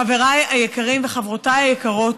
חבריי היקרים וחברותיי היקרות,